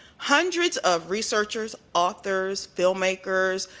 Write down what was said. hundreds of researchers author, film maker,